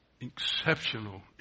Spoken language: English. exceptional